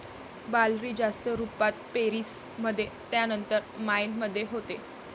barley जास्त रुपात पेरीस मध्ये त्यानंतर मायेन मध्ये होते